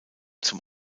zum